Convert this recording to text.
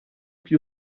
più